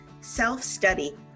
self-study